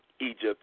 Egypt